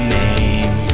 name